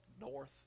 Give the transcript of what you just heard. north